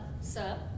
sir